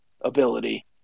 ability